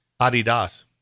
Adidas